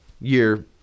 year